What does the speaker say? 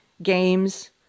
games